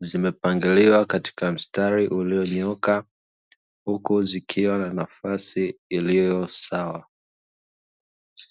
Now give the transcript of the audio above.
zimepangiliwa katika mstari ulionyooka huku zikiwa na nafasi iliyo sawa.